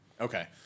Okay